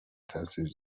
تاثیر